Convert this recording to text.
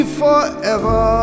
forever